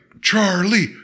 Charlie